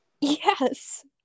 Yes